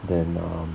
then um